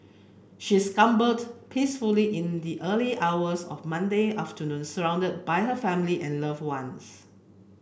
she succumbed peacefully in the early hours of Monday afternoon surrounded by her family and loved ones